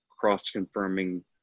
cross-confirming